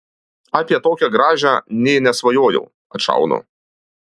apie tokią gražią nė nesvajojau atšaunu